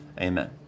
amen